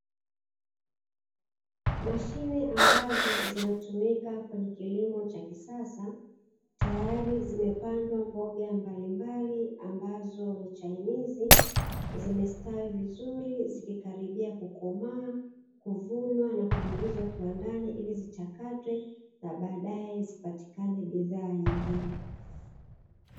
Mashine ambazo zinatumika kwenye kilimo cha kisasa, tayari zimepandwa mboga mbalimbali ambazo ni chainizi, zimestawi vizuri zikikaribia kukomaa, kuvunwa na kuingizwa kiwandani, ili zichakatwe na baadaye zipatikane bidhaa nyingine.